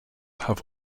have